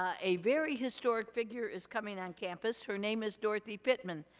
ah a very historic figure is coming on campus. her name is dorothy pitman.